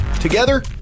Together